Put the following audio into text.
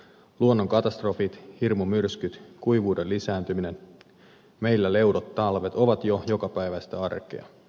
luonnonkatastrofit hirmumyrskyt kuivuuden lisääntyminen meillä leudot talvet ovat jo jokapäiväistä arkea